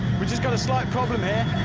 we've just got a slight problem here.